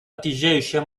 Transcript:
отъезжающая